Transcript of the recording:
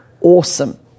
Awesome